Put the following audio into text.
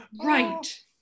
Right